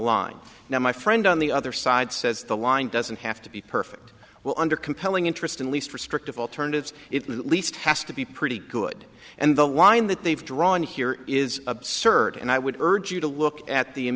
line now my friend on the other side says the line doesn't have to be perfect well under compelling interest and least restrictive alternatives it at least has to be pretty good and the line that they've drawn here is absurd and i would urge you to look at the